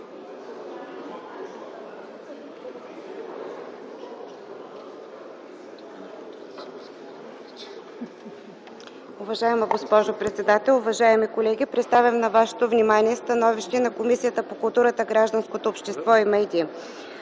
Уважаема госпожо председател, уважаеми колеги! Представям на вашето внимание становището на Комисията по културата, гражданското общество и медиите: